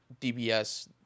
DBS